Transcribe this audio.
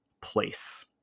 place